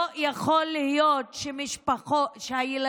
לא יכול להיות שהילדים